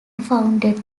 founded